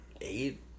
eight